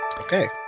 Okay